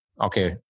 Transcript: okay